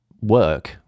work